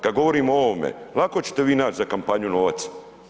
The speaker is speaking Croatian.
Kad govorio o ovome, lako ćete vi naći za kampanju novac.